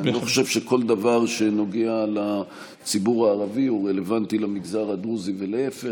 אני לא חושב שכל דבר שנוגע לציבור הערבי רלוונטי למגזר הדרוזי ולהפך.